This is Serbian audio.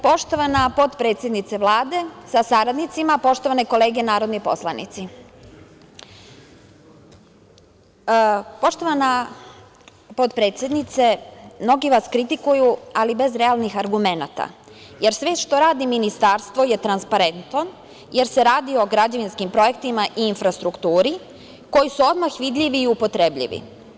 Poštovana potpredsednice Vlade sa saradnicima, poštovane kolege narodni poslanici, poštovana potpredsednice mnogi vas kritikuju ali bez realnih argumenata jer sve što radi ministarstvo je transparentno, jer se radi o građevinskim projektima i infrastrukturi koji su odmah vidljivi i upotrebljivi.